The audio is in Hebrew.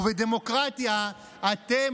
ובדמוקרטיה אתם,